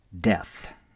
Death